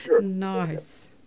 nice